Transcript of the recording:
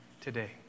today